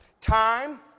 Time